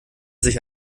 sich